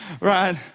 right